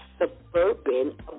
suburban